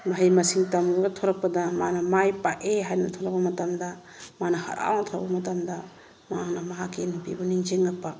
ꯃꯍꯩ ꯃꯁꯤꯡ ꯇꯝꯃꯨꯔꯒ ꯊꯣꯛꯂꯛꯄꯗ ꯃꯥꯅ ꯃꯥꯏ ꯄꯥꯛꯑꯦ ꯍꯥꯏꯗꯨꯅ ꯊꯣꯛꯂꯛꯄ ꯃꯇꯝꯗ ꯃꯥꯅ ꯍꯔꯥꯎꯅ ꯊꯣꯂꯛꯄ ꯃꯇꯝꯗ ꯃꯥꯅ ꯃꯍꯥꯛꯀꯤ ꯅꯨꯄꯤꯕꯨ ꯅꯤꯡꯁꯤꯡꯂꯛꯄ